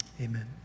amen